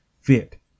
fit